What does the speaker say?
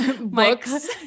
books